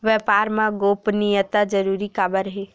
व्यापार मा गोपनीयता जरूरी काबर हे?